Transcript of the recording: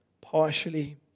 partially